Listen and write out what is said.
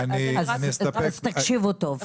אז תקשיבו טוב.